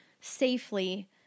safely